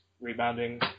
rebounding